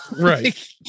Right